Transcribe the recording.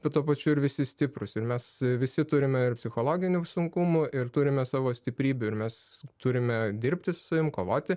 bet tuo pačiu ir visi stiprūs ir mes visi turime ir psichologinių sunkumų ir turime savo stiprybių ir mes turime dirbti su savim kovoti